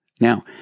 Now